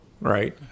Right